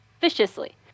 viciously